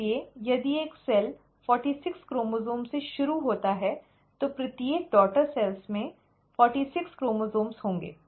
इसलिए यदि एक सेल 46 क्रोमोसोम्स से शुरू होता है तो प्रत्येक डॉटर सेल में 46 क्रोमोसोम्स होंगे